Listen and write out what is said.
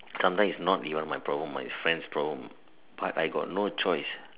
sometimes is not even my problem my friends problem but I got no choice